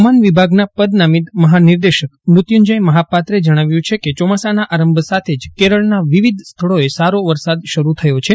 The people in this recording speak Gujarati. હવામાન વિભાગના પદનામીત મહાનિદેશક મૃત્યુંજય મહાપાત્રે જજ્ઞાવ્યું છે કે ચોમાસાના આરંભ સાથે જ કેરળના વિવિધ સ્થળોએ સારો વરસાદ શરૂ થયો છે